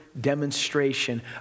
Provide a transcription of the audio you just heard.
demonstration